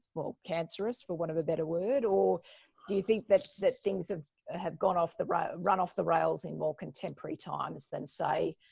well, cancerous for want of a better word? or do you think that that things have gone off the run run off the rails in more contemporary times, than say,